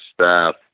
staff